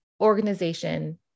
organization